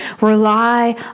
rely